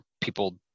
people